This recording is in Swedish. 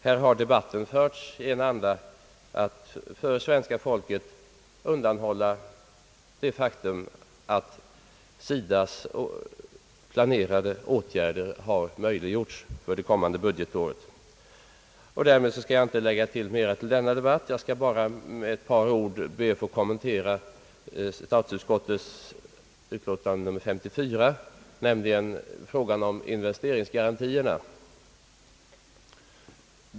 Debatten har här förts i den andan att man för svenska folket vill undanhålla det faktum att SIDA:s planerade åtgärder har möjliggjorts för det kommande budgetåret. Jag skall därmed inte anföra något ytterligare i denna debatt, utan jag skall bara med ett par ord kommentera statsutskottets utlåtande nr 54, som gäller frågan om investeringsgarantierna.